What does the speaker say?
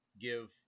give